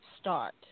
start